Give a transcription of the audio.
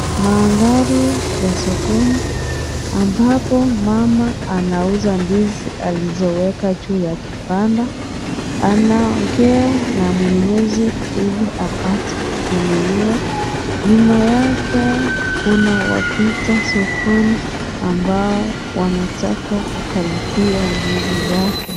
Mandhari ya sokoni ambapo mama anauza ndizi alizoweka juu ya kibanda anaongea na mnunuzi ili apate kununua nyuma yake kuna wapita sokoni ambao wanataka kukaribia ndizi zake.